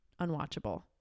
Unwatchable